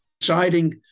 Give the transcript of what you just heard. deciding